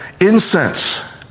Incense